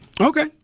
Okay